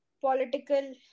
political